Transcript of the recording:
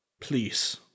Please